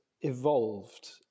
evolved